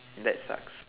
that sucks